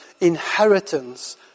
inheritance